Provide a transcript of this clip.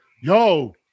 yo